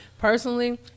Personally